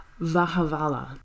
Vahavala